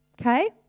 Okay